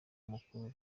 mukuru